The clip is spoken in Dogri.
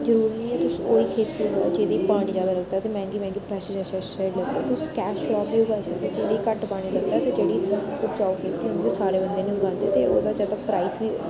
जरूरी नी ऐ कि तुस उ'यै खेती लाओ जेह्दी च पानी ज्यादा लगदा ऐ ते मैंह्गी मैंह्गी पैस्टीसाइड तुस कैश क्राप बी उगाई सकदे जिसी च घट्ट पानी लगदा ते जेह्ड़ी तुस सारे बंदे नी उगांदे ते ओह्दा ज्यादा प्राईज बी